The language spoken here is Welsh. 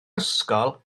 ysgol